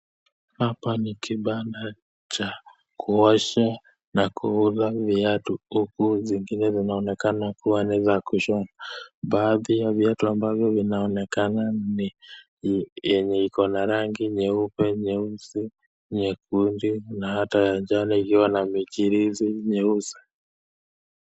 Hapa ni kibanda cha kuosha na kuuza viatu, huku zingine zinaonekana ni za kushona, baadhi ya viatu ambavyo vinaonekana ni yenye iko na rangi nyeupe, nyeusi, nyekundu na hata ya njano iliyo na michirizi meusi.